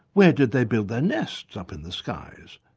where did they build their nests up in the skies?